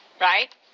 Right